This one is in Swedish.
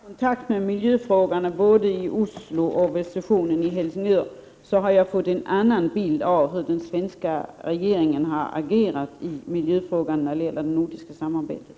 Herr talman! Jag vill bara säga att vid min nära kontakt med miljöfrågan både i Oslo och vid sessionen i Helsingör har jag fått en annan bild av hur den svenska regeringen har agerat i miljöfrågan när det gäller det nordiska samarbetet.